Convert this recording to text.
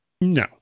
no